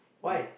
why